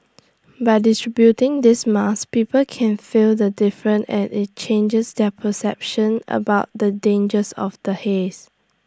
by distributing these masks people can feel the difference and IT changes their perception about the dangers of the haze